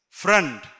Friend